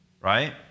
right